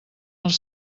els